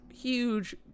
huge